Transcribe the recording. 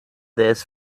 this